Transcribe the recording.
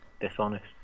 dishonest